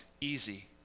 easy